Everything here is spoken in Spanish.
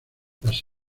las